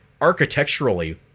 architecturally